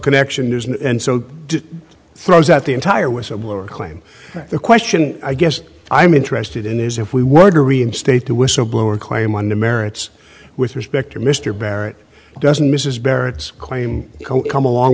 connection there's and so throws out the entire whistleblower claim the question i guess i'm interested in is if we were to reinstate the whistleblower claim on the merits with respect to mr barrett doesn't mrs barrett's claim come along